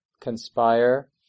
conspire